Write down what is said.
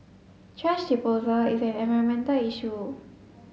thrash disposal is an environmental issue